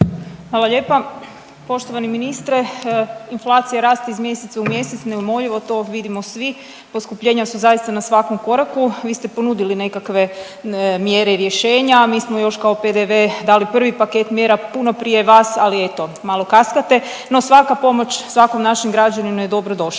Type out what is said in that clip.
Hvala lijepa. Poštovani ministre, inflacija raste iz mjeseca u mjesec neumoljivo to vidimo svi, poskupljenja su zaista na svakom koraku, vi ste ponudili nekakve mjere i rješenja, mi smo još kao PDV dali prvi paket mjera puno prije vas, ali eto malo kaskate, no svaka pomoć svakom našem građaninu je dobrodošla.